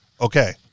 Okay